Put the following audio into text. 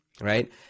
right